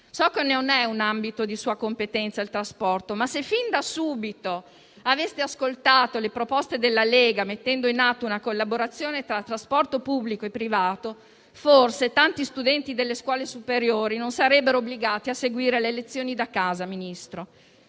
non è un ambito di sua competenza, ma se fin da subito aveste ascoltato le proposte della Lega, mettendo in atto una collaborazione tra trasporto pubblico e privato, forse tanti studenti delle scuole superiori non sarebbero obbligati a seguire le lezioni da casa, Ministro: